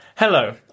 Hello